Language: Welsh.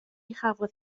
chafodd